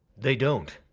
they don't.